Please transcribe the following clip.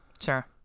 Sure